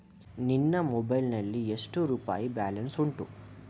ನಿನ್ನ ಮೊಬೈಲ್ ನಲ್ಲಿ ಎಷ್ಟು ರುಪಾಯಿ ಬ್ಯಾಲೆನ್ಸ್ ಉಂಟು?